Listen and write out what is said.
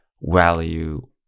value